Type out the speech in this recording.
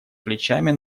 плечами